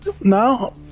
no